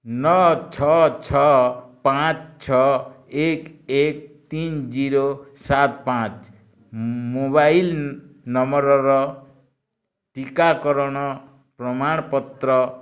ନଅ ଛଅ ଛଅ ପାଞ୍ଚ ଛଅ ଏକ ଏକ ତିନି ଜିରୋ ସାତ ପାଞ୍ଚ ମୋବାଇଲ୍ ନମ୍ବରର ଟିକାକରଣ ପ୍ରମାଣପତ୍ର